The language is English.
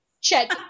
Check